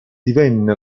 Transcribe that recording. divenne